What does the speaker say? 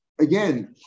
again